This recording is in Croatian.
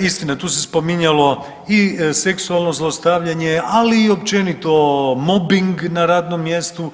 istina tu se spominjalo i seksualno zlostavljanje, ali i općenito mobing na radnom mjestu.